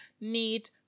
need